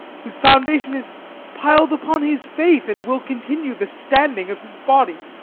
whose foundation is pil'd upon his faith, and will continue the standing of his body.